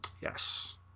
Yes